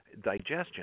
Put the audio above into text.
digestion